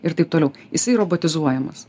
ir taip toliau jisai robotizuojamas